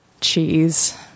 cheese